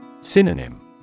Synonym